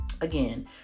Again